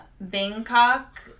Bangkok